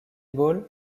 ball